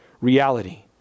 reality